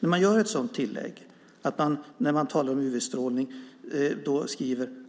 När man gör ett sådant tillägg - alltså att man när man talar om UV-strålning talar om